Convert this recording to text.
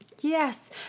Yes